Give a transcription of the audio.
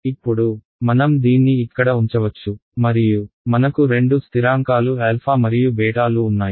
ఇప్పుడు మనం దీన్ని ఇక్కడ ఉంచవచ్చు మరియు మనకు రెండు స్థిరాంకాలు α మరియు β లు ఉన్నాయి